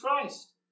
Christ